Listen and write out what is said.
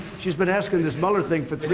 she's been asking this muller thing for